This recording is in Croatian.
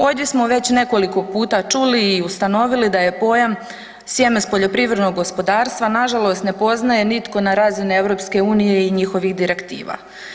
Ovdje smo već nekoliko puta čuli i ustanovili da pojam „sjeme s poljoprivrednog gospodarstva“ nažalost ne poznaje nitko na razini EU i njihovih direktiva.